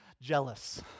jealous